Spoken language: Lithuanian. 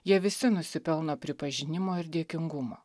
jie visi nusipelno pripažinimo ir dėkingumo